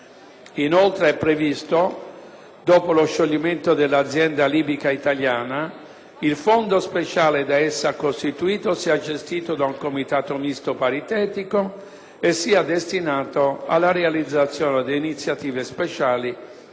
Inoltre è previsto, dopo lo scioglimento dell'Azienda libico-italiana, che il fondo speciale da essa costituito sia gestito da un Comitato misto paritetico e destinato alla realizzazione di iniziative speciali,